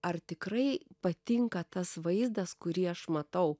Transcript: ar tikrai patinka tas vaizdas kurį aš matau